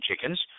Chickens